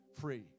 free